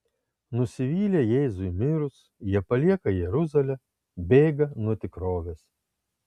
nusivylę jėzui mirus jie palieka jeruzalę bėga nuo tikrovės